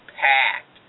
packed